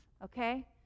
Okay